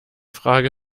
frage